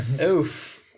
Oof